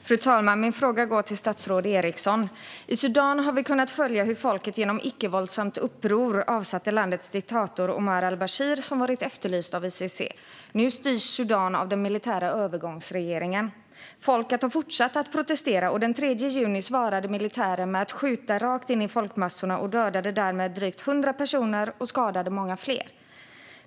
Fru talman! Min fråga går till statsrådet Eriksson. I Sudan har vi kunnat följa hur folket genom icke-våldsamt uppror avsatte landets diktator Omar al-Bashir, som varit efterlyst av ICC. Nu styrs Sudan av den militära övergångsregeringen. Folket har fortsatt att protestera. Den 3 juni svarade militären med att skjuta rakt in i folkmassorna och dödade därmed drygt 100 personer och skadade många fler.